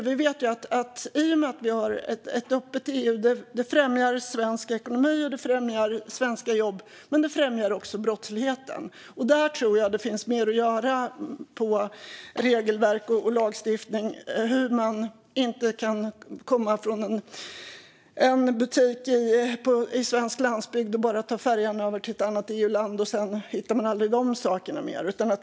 Vi vet att i och med att vi har ett öppet EU främjas svensk ekonomi och svenska jobb men också brottslighet. Där tror jag att det finns mer att göra med regelverk och lagstiftning, så att man inte bara kan komma från en butik på svensk landsbygd och ta färjan över till ett annat EU-land och sedan hittas de sakerna aldrig mer.